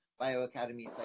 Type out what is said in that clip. BioAcademy